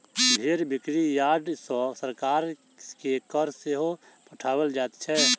भेंड़ बिक्री यार्ड सॅ सरकार के कर सेहो पठाओल जाइत छै